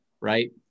Right